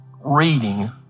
reading